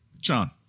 John